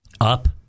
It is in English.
Up